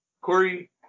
Corey